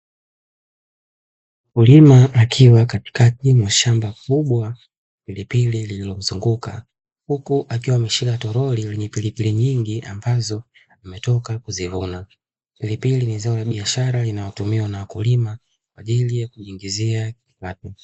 Mkulima akiwa katikati ya shamba kubwa la pilipili lililomzunguka, huku akiwa ameshika toroli lenye pilipili nyingi ambazo ametoka kuzivuna. Pilipili ni zao la biashara linalotumiwa na wakulima kwa ajili ya kujiingizia kipato.